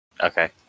Okay